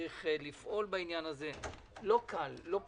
לא קל, לא פשוט.